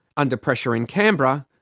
under pressure in canberra,